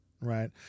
right